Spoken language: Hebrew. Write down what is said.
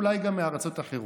אולי גם בארצות אחרות.